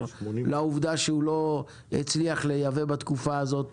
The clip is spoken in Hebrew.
לעובדה שהוא לא הצליח לייבא בתקופה הזאת